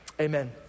amen